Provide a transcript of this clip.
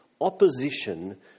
opposition